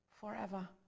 forever